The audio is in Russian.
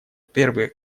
первый